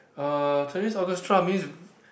uh Chinese Orchestra mean